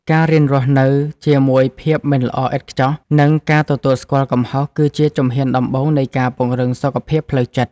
ការរៀនរស់នៅជាមួយភាពមិនល្អឥតខ្ចោះ និងការទទួលស្គាល់កំហុស គឺជាជំហានដំបូងនៃការពង្រឹងសុខភាពផ្លូវចិត្ត។